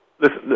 Listen